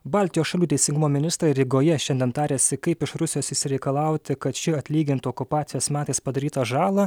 baltijos šalių teisingumo ministrai rygoje šiandien tariasi kaip iš rusijos išsireikalauti kad ši atlygintų okupacijos metais padarytą žalą